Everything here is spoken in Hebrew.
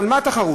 על מה התחרות?